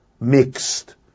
mixed